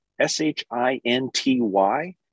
S-H-I-N-T-Y